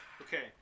Okay